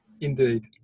Indeed